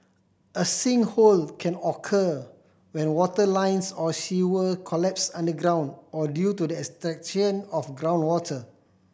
a sinkhole can occur when water lines or sewer collapse underground or due to the extraction of groundwater